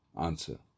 Answer